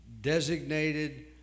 designated